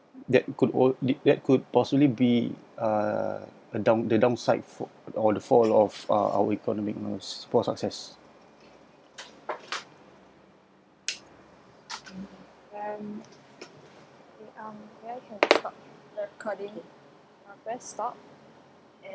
that could work the that could possibly be uh uh down the downside for all the fall of uh our economic moves for success